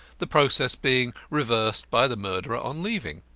the process being reversed by the murderer on leaving.